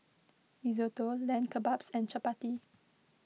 Risotto Lamb Kebabs and Chapati